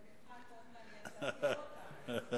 זה מבחן מאוד מעניין, תאתגר אותם, אה,